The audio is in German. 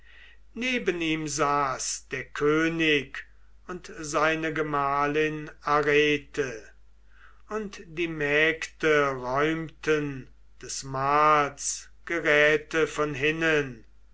neben ihm saß der könig und seine gemahlin arete und die mägde räumten des mahls geräte von hinnen